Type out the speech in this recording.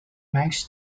max